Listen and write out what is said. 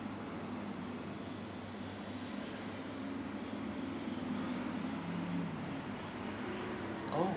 orh